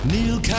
Neil